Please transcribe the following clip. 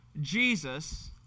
Jesus